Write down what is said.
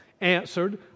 answered